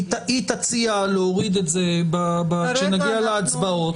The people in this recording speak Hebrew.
אם היא תציע להוריד את זה כשנגיע להצבעות,